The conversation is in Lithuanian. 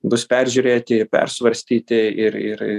bus peržiūrėti persvarstyti ir ir